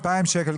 2,000 שקלים,